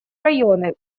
районы